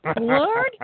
Lord